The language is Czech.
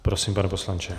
Prosím, pane poslanče.